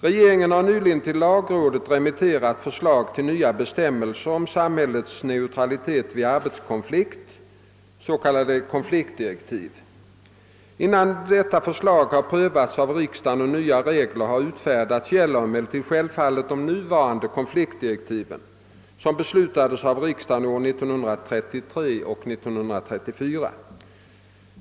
Regeringen har nyligen till lagrådet remitterat förslag till nya bestämmelser om ' samhällets neutralitet vid arbetskonflikt, s.k. konfliktdirektiv. Innan deita förslag har prövats av riksdagen och nya regler har utfärdats gäller emellertid självfallet de nuvarande konfliktdirektiven, som beslutades av riksdagen åren 1933 och 1934.